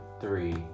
three